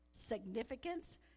significance